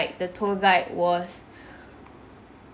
the tour guide was